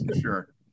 sure